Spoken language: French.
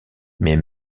mais